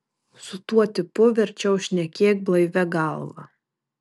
su tuo tipu verčiau šnekėk blaivia galva